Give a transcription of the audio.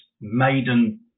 maiden